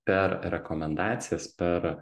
per rekomendacijas per